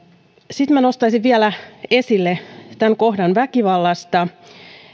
sitten minä nostaisin vielä esille tämän kohdan väkivallasta